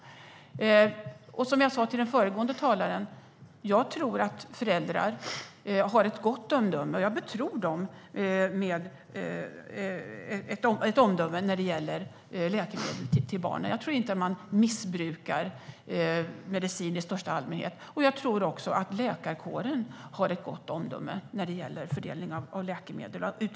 Som jag sa till den föregående talaren tror jag att föräldrar har ett gott omdöme. Jag betror dem ett omdöme när det gäller läkemedel till barnen. Jag tror inte att man missbrukar medicin i största allmänhet. Jag tror också att läkarkåren har gott omdöme när det gäller förskrivning av läkemedel.